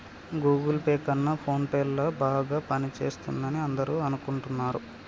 Google Pay కన్నా PhonePe ల బాగా పనిచేస్తుందని అందరూ అనుకుంటున్నారు